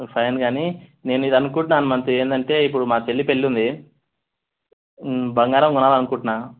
నేను ఫైనేగాని నేను ఇది అనుకుంటున్నా హనుమంతు ఏందంటే ఇప్పుడు మా చెల్లి పెళ్ళుంది బంగారం కొనాలనుకుంటున్నా